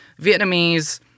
Vietnamese